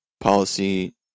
policy